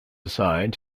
assigned